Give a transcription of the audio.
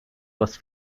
was